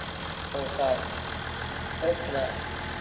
ᱥᱚᱨᱠᱟᱨ ᱛᱚᱨᱚᱯᱷ ᱠᱷᱚᱱᱟᱜ